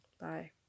Bye